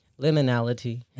Liminality